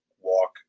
walk